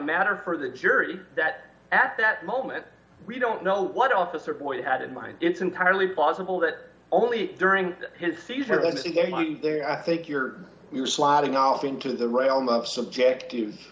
matter for the jury that at that moment we don't know what officer boyd had in mind it's entirely plausible that only during his so you said when i think you're you're sliding off into the realm of subjectiv